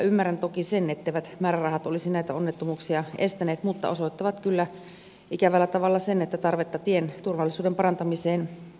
ymmärrän toki sen etteivät määrärahat olisi näitä onnettomuuksia estäneet mutta tämä osoittaa kyllä ikävällä tavalla sen että tarvetta tien turvallisuuden parantamiseen on